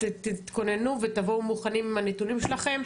תתכוננו ותבואו מוכנים עם הנתונים שלכם,